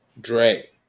Dre